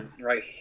right